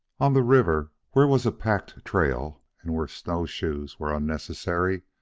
on the river, where was a packed trail and where snowshoes were unnecessary,